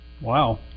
Wow